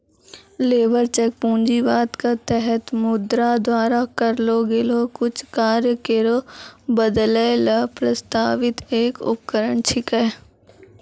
labour cheque पूंजीवाद क तहत मुद्रा द्वारा करलो गेलो कुछ कार्य केरो बदलै ल प्रस्तावित एक उपकरण छिकै